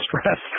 stress